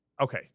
okay